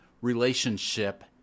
relationship